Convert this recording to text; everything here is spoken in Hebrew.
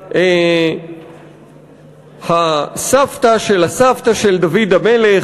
רות המואבייה היא הסבתא של הסבתא של דוד המלך.